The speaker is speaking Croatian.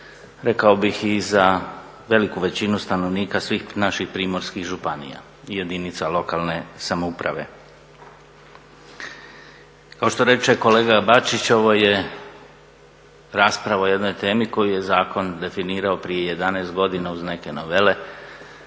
rekao bih i za veliku većinu stanovnika svih naših primorskih županija i jedinica lokalne samouprave. Kao što reče kolega Bačić, ovo je rasprava o jednoj temi koju je zakon definirao prije 11 godina uz neke novele